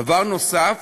דבר נוסף,